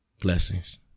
Blessings